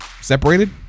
separated